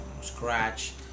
scratch